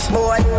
Boy